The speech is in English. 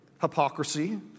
hypocrisy